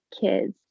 kids